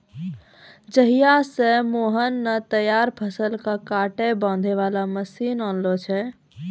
जहिया स मोहन नॅ तैयार फसल कॅ काटै बांधै वाला मशीन लानलो छै